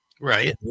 Right